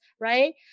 right